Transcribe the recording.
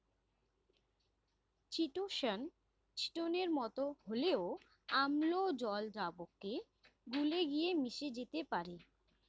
chitosan চিটোনের মতো হলেও অম্ল জল দ্রাবকে গুলে গিয়ে মিশে যেতে পারে